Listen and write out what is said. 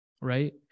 right